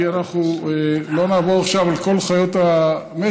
כי אנחנו לא נעבור עכשיו על כל חיות המשק,